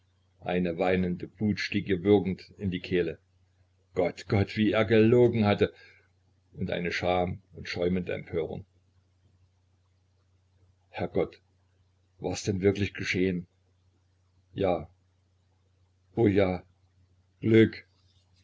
eine weinende wut stieg ihr würgend in die kehle gott gott wie er gelogen hatte und eine scham und schäumende empörung herrgott wars denn wirklich geschehen ja o ja glück